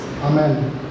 Amen